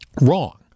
wrong